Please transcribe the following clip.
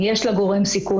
אם יש לה גורם סיכון,